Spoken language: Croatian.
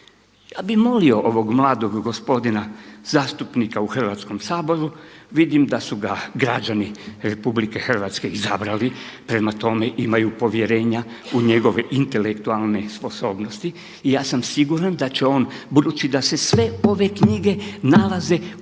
Ja bih molio ovog mladog gospodina zastupnika u Hrvatskom saboru, vidim da su ga građani Republike Hrvatske izabrali, prema tome imaju povjerenja u njegove intelektualne sposobnosti i ja sam siguran da će on budući da se sve ove knjige nalaze u